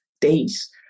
days